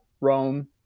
Rome